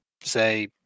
say